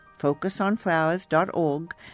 focusonflowers.org